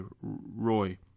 Roy